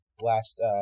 last